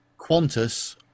Qantas